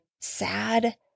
sad